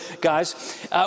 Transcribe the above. guys